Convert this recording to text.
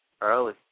Early